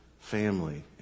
Family